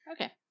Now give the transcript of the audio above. Okay